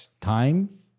time